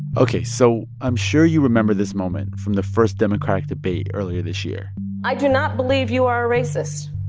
ok. so i'm sure you remember this moment from the first democratic debate earlier this year i do not believe you are a racist,